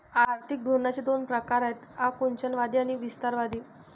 आर्थिक धोरणांचे दोन प्रकार आहेत आकुंचनवादी आणि विस्तारवादी